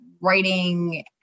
writing